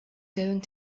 going